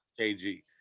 KG